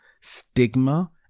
stigma